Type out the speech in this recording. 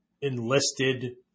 enlisted